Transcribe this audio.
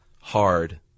hard